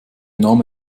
name